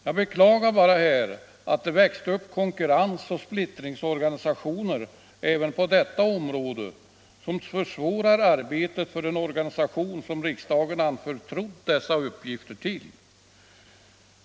Jag beklagar bara att det växt upp konkurrensoch splittringsorganisationer även på detta område, vilka försvårar arbetet för den organisation som riksdagen anförtrott dessa uppgifter till.